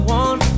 one